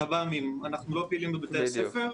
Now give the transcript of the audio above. אנחנו לא פעילים בבתי הספר.